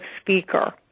speaker